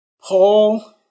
Paul